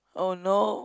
oh no